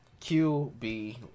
QB